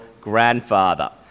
grandfather